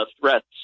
threats